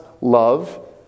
love